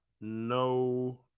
No